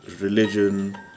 religion